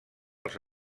els